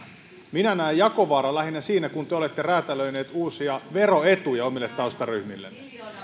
minä näen jakovaaran lähinnä siinä kun te olette räätälöineet uusia veroetuja omille taustaryhmillenne